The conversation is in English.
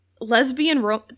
lesbian